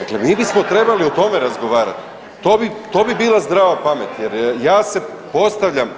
Dakle, mi bismo trebali o tome razgovarati, to bi, to bi bila zdrava pamet jer ja se postavljam